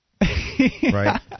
Right